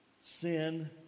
sin